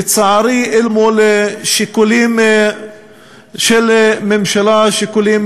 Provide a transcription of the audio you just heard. לצערי, אל מול שיקולים של ממשלה, שיקולים,